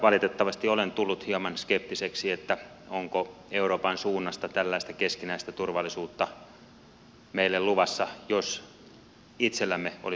valitettavasti olen tullut hieman skeptiseksi olisiko euroopan suunnasta tällaista keskinäistä turvallisuutta meille luvassa jos itsellämme olisi siihen tarvetta